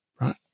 right